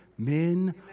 Men